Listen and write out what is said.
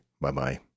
bye-bye